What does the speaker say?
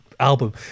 album